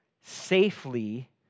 safely